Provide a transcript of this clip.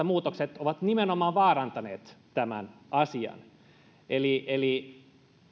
muutokset ovat nimenomaan vaarantaneet tämän asian eli eli